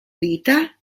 vita